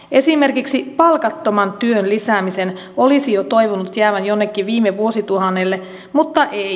esimerkiksi palkattoman työn lisäämisen olisi jo toivonut jäävän jonnekin viime vuosituhannelle mutta ei